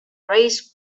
race